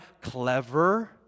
clever